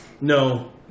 No